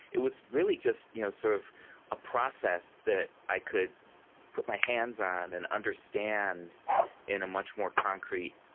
it was really just you know sort of a process that i could put my hands on and understand in a much more concrete,